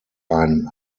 ein